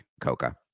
Coca